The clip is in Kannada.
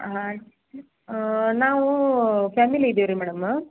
ಹಾಂ ನಾವು ಫ್ಯಾಮಿಲಿ ಇದೀವಿ ರೀ ಮೇಡಮ